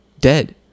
dead